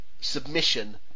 submission